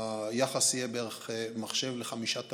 היחס יהיה בערך מכשיר לחמישה תלמידים,